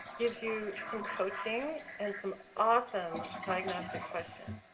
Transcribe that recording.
gives you some coaching and some awesome diagnostic questions,